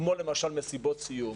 כמו למשל מסיבות סיום.